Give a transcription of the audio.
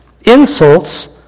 insults